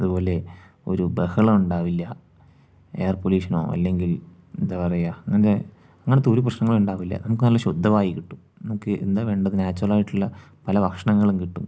അതുപോലെ ഒരു ബഹളം ഉണ്ടാവില്ല എയർ പോലുഷനോ അല്ലെങ്കിൽ എന്താ പറയാ അങ്ങനത്തെ അങ്ങനത്തെ ഒരു പ്രശനങ്ങളും ഉണ്ടാവില്ല നമുക്ക് നല്ല ശുദ്ധ വായു കിട്ടും നമുക്ക് എന്താ വേണ്ടത് നാച്ചുറൽ ആയിട്ടുള്ള പല ഭക്ഷണങ്ങളും കിട്ടും